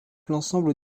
l’ensemble